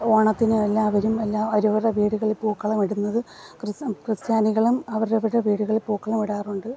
ഓണത്തിന് എല്ലാവരും എല്ലാം അവരവരുടെ വീടുകളിൽ പൂക്കളം ഇടുന്നത് ക്രിസ്ത്യാനികളും അവരവരുടെ വീടുകളിൽ പൂക്കളം ഇടാറുണ്ട്